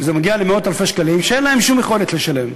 וזה מגיע למאות-אלפי שקלים שאין להם שום יכולת לשלם,